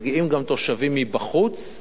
מגיעים גם תושבים מבחוץ.